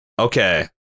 okay